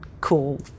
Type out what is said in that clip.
cool